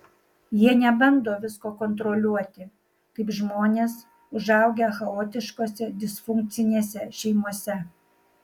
jie nebando visko kontroliuoti kaip žmonės užaugę chaotiškose disfunkcinėse šeimose